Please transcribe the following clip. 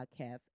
podcast